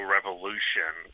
Revolution